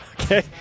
Okay